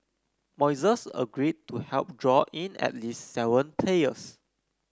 Moises agreed to help draw in at least seven players